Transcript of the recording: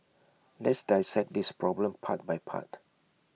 let's dissect this problem part by part